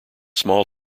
small